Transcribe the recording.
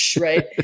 Right